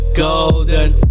golden